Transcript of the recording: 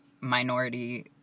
minority